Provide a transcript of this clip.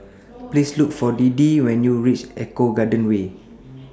Please Look For Deedee when YOU REACH Eco Garden Way